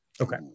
Okay